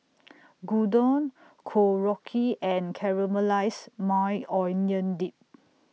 Gyudon Korokke and Caramelized Maui Onion Dip